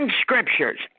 scriptures